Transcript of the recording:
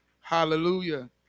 Hallelujah